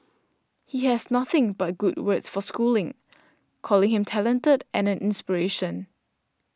he has nothing but good words for schooling calling him talented and an inspiration